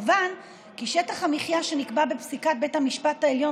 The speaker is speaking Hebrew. מובן כי שטח המחיה שנקבע בפסיקת בית המשפט העליון